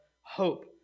hope